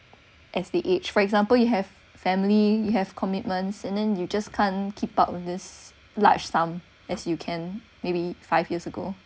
as they age for example you have family you have commitments and then you just can't keep up with this large sum as you can maybe five years ago